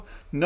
no